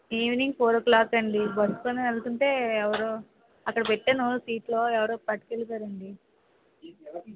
evening four o'clock అండీ బస్సుని వెళ్తుంటే ఎవరో అక్కడ పెట్టాను సీట్లో ఎవరో పట్టుకెళ్ళిపోయారండి